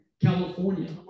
California